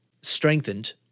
strengthened